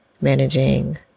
managing